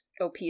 OP